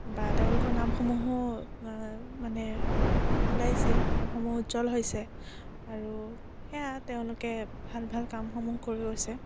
বা তেওঁলোকৰ নামসমূহো মানে ওলাইছে নামসমূহ উজ্জ্বল হৈছে আৰু সেইয়া তেওঁলোকে ভাল ভাল কামসমূহ কৰি গৈছে